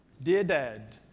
dear dad,